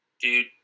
dude